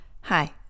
Hi